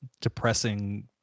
depressing